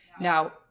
Now